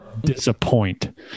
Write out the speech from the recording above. disappoint